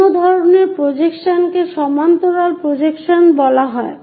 অন্য ধরনের প্রজেকশন কে সমান্তরাল প্রজেকশন বলা হয়